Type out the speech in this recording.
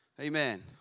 Amen